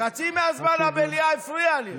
אדוני היושב-ראש, חצי מהזמן המליאה הפריעה לי.